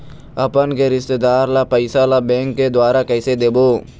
अपन के रिश्तेदार ला पैसा ला बैंक के द्वारा कैसे देबो?